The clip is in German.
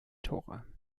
tore